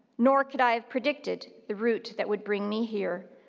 nor could i have predicted the route that would bring me here,